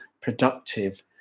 productive